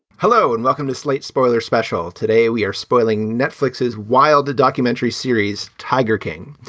hello and welcome to slate. spoiler special today we are spoiling netflix's wilder documentary series tiger king.